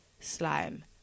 Slime